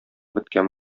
беткән